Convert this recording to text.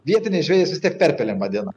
vietiniai žvejai jas vis tiek perpelėm vadina